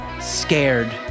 scared